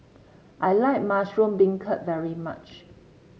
I like Mushroom Beancurd very much